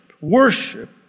worship